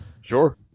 Sure